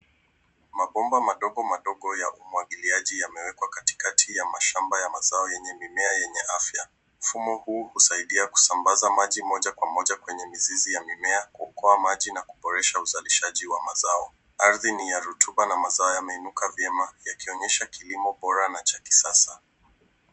Mabomba madogo madogo ya umwagiliaji yamewekwa katikati ya mashamba ya mazao yenye mimea yenye afya. Mfumo huu husaidia kusambaza maji moja kwa moja kwenye mizizi ya mimea, kukua maji na kuboresha uzalishaji wa mazao. Ardhi ni ya rotuba na mazao yameinuka vyema yakionyesha kilimo bora na cha kisasa.